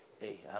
Hey